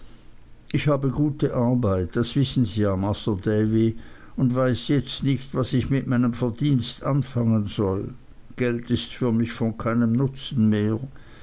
ich habe gute arbeit das wissen sie ja masr davy und weiß jetzt nicht was ich mit meinem verdienst anfangen soll geld ist für mich von keinem nutzen mehr